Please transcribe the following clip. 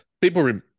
people